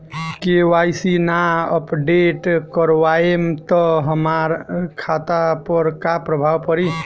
KYC ना update करवाएम त हमार खाता पर का प्रभाव पड़ी?